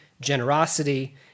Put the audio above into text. generosity